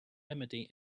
remedy